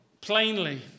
plainly